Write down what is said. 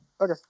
Okay